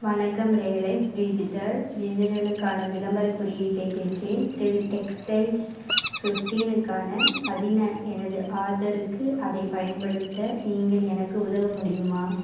வணக்கம் Reliance digital டிஜிட்டலுக்கான விளம்பரக் குறியீட்டைப் பெற்றேன் டெல் டெக்ஸ்டைல்ஸ் ஃபிஃப்டினுக்கான பதின எனது ஆர்டருக்கு அதைப் பயன்படுத்த நீங்கள் எனக்கு உதவ முடியுமா